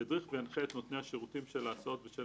ידריך וינחה את נותני השירותים של ההסעות ושל